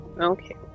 Okay